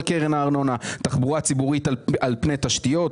תחבורה ציבורית על פני תשתיות,